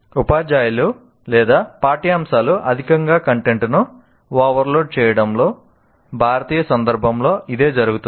ఉపాధ్యాయులు పాఠ్యాంశాలు అధికంగా కంటెంట్ను ఓవర్లోడ్ చేయడంతో భారతీయ సందర్భంలో ఇదే జరుగుతుంది